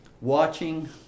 watching